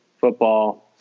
football